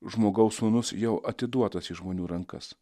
žmogaus sūnus jau atiduotas į žmonių rankas